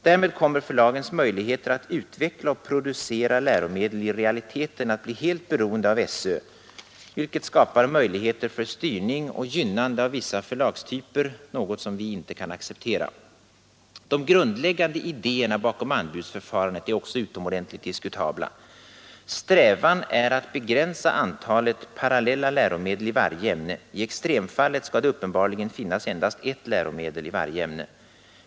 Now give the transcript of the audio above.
Därmed kommer förlagens möjligheter att utveckla och producera läromedel i realiteten att bli helt beroende av SÖ, vilket skapar möjligheter för styrning och gynnande av vissa förlagstyper, något som vi inte kan acceptera. De grundläggande idéerna bakom anbudsförfarandet är också utomordentligt diskutabla. Strävan är att begränsa antalet parallella läromedel i varje ämne — i extrem fallet skall det uppenbarligen finnas endast ett läromedel i varje ämne.